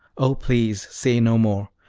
oh, please say no more!